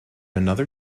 another